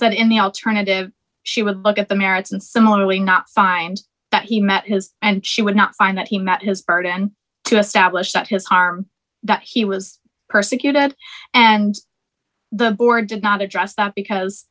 said in the alternative she would look at the merits and similarly not find that he met his and she would not find that he met his burden to establish that his harm that he was persecuted and the board did not address that because